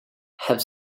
have